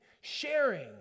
sharing